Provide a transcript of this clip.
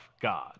God